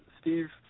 Steve